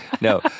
No